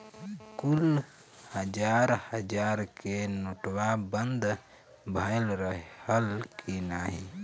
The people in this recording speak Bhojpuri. कुल हजार हजार के नोट्वा बंद भए रहल की नाही